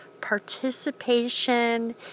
participation